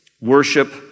worship